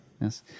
Yes